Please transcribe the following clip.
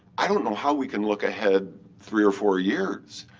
i don't know how we can look ahead three or four years.